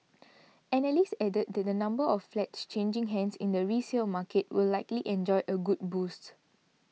analysts added that the number of flats changing hands in the resale market will likely enjoy a good boost